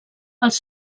els